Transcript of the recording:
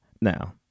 now